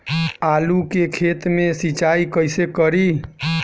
आलू के खेत मे सिचाई कइसे करीं?